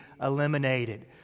eliminated